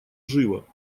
живо